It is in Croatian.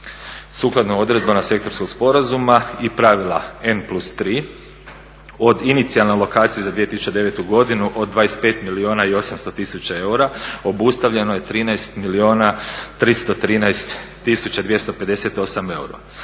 Sukladno odredbama sektorskog sporazuma i pravila N+3 od inicijalne lokacije za 2009. godinu od 25 milijuna i 800 tisuća eura obustavljeno je 13 milijuna 313 tisuća 258 eura.